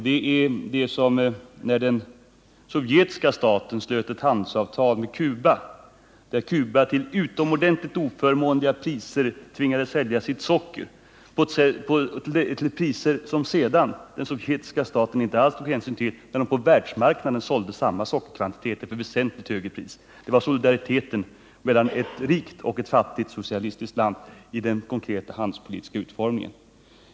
Det var när den sovjetiska staten slöt ett handelsavtal med Cuba, där Cuba tvingades sälja sitt socker till priser som den sovjetiska staten sedan inte alls tog hänsyn till, då den på världsmarknaden sålde samma sockerkvantitet till väsentligt högre pris. Det var solidariteten mellan ett rikt och ett fattigt socialistiskt land i den konkreta handelspolitiska utformningen!